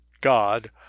God